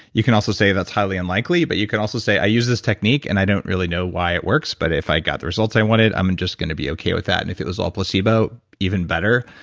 you can also say that's highly unlikely, but you can also say, i use this technique and i don't really know why it works but if i got the results i wanted, i'm and just going to be okay with that. and if it was all placebo even better.